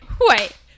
wait